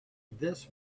this